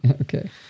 Okay